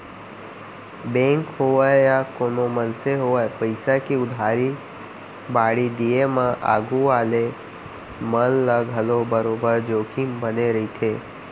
bank होवय या कोनों मनसे होवय पइसा के उधारी बाड़ही दिये म आघू वाले मन ल घलौ बरोबर जोखिम बने रइथे